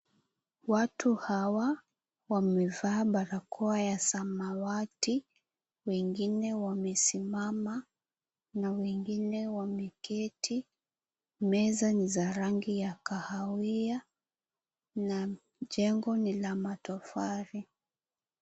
Watu hawa, wamevaa barakoa ya samawati. Wengine wamesimama na wengine wameketi. Meza ni za rangi ya kahawia na jengo ni la matofali.